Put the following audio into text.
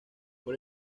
por